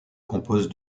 compose